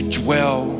dwell